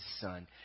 Son